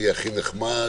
מי הכי נחמד,